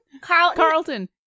Carlton